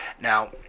Now